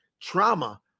trauma